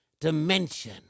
dimension